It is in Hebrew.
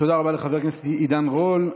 תודה רבה לחבר הכנסת עידן רול.